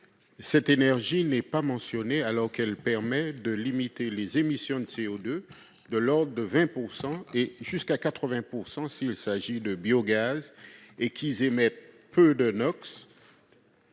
Cette énergie n'est pas mentionnée, alors qu'elle permet de limiter les émissions de CO2 de l'ordre de 20 % et jusqu'à 80 % s'il s'agit de biogaz et qu'elle émet peu de NOx-